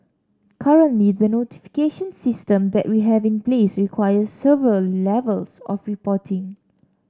currently the notification system that we have in place requires several levels of reporting